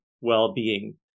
well-being